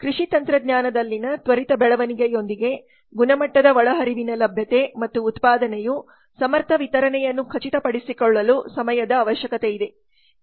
ಕೃಷಿ ತಂತ್ರಜ್ಞಾನದಲ್ಲಿನ ತ್ವರಿತ ಬೆಳವಣಿಗೆಯೊಂದಿಗೆ ಗುಣಮಟ್ಟದ ಒಳಹರಿವಿನ ಲಭ್ಯತೆ ಮತ್ತು ಉತ್ಪಾದನೆಯ ಸಮರ್ಥ ವಿತರಣೆಯನ್ನು ಖಚಿತಪಡಿಸಿಕೊಳ್ಳಲು ಸಮಯದ ಅವಶ್ಯಕತೆಯಿದೆ